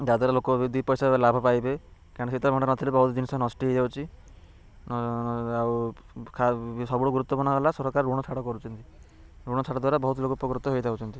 ଯାହାଦ୍ୱାରା ଲୋକବି ଦୁଇ ପଇସା ଲାଭ ପାଇବେ କାରଣ ଶୀତଳ ଭଣ୍ଡାର ନଥିଲେ ବହୁତ ଜିନିଷ ନଷ୍ଟ ହେଇଯାଉଛି ଆଉ ସବୁ ଗୁରୁତ୍ୱପୂର୍ଣ୍ଣ ହେଲା ସରକାର ଋଣ ଛାଡ଼ କରୁଛନ୍ତି ଋଣ ଛାଡ଼ ଦ୍ୱାରା ବହୁତ ଲୋକ ଉପକୃତ ହେଇଯାଉଛନ୍ତି